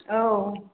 औ